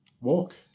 Walk